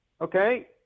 okay